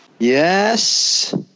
Yes